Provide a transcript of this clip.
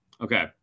Okay